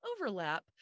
overlap